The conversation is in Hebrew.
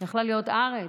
יכלה להיות ארץ,